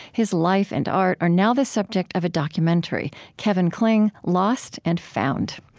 his life and art are now the subject of a documentary, kevin kling lost and found.